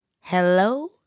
hello